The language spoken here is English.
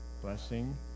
blessing